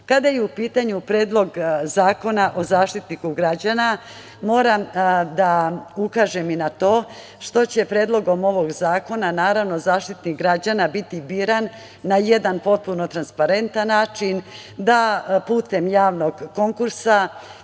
je u pitanju Predlog zakona o Zaštitniku građana, moram da ukažem i na to što će predlogom ovog zakona Zaštitnik građana biti biran na jedan potpuno transparentan način, putem javnog konkursa,